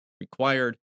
required